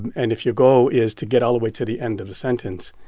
and if your goal is to get all the way to the end of the sentence,